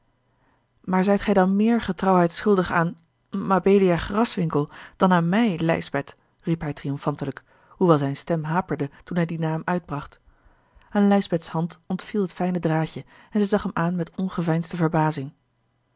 maar zijt gij dan meer getrouwheid schuldig aan mabelia graswinckel dan aan mij lijsbeth riep hij triomfantelijk hoewel zijne stem haperde toen hij dien naam uitbracht aan lijsbeths hand ontviel het fijne draadje en zij zag hem aan met ongeveinsde verbazing